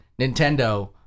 Nintendo